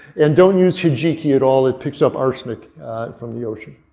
and don't use hijiki at all it picks up arsenic from the ocean.